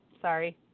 sorry